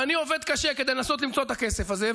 ואני עובד קשה כדי לנסות למצוא את הכסף הזה,